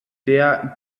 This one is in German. der